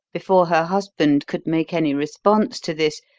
before her husband could make any response to this,